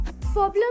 problem